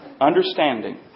Understanding